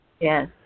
Yes